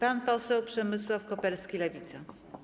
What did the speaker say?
Pan poseł Przemysław Koperski, Lewica.